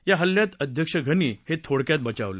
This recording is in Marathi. या हल्ल्यात अध्यक्ष घनी हे थोडक्यात बचावले